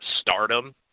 stardom